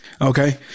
okay